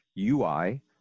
UI